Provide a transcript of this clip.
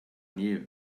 new